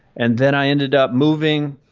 and then i ended up moving.